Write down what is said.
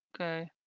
Okay